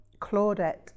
Claudette